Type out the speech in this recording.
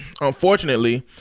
unfortunately